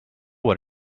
what